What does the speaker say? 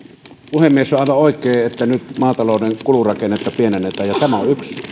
puhemies on aivan oikein että nyt maatalouden kulurakennetta pienennetään ja tämä on yksi